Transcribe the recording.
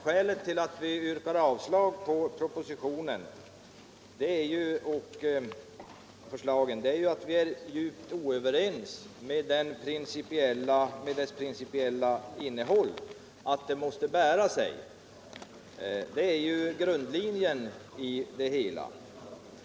Skälet till att vi yrkar avslag på propositionen och förslagen är att vi är djupt oense med propositionens principiella innehåll och grundtanke, alltså att verksamheten måste bära sig.